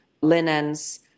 linens